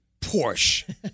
Porsche